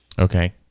Okay